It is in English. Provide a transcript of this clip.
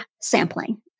sampling